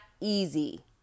easy